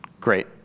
Great